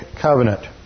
Covenant